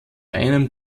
einem